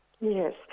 Yes